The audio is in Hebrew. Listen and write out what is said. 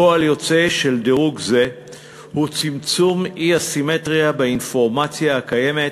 פועל יוצא של דירוג זה הוא צמצום האי-סימטריה באינפורמציה הקיימת